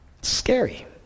scary